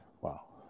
Wow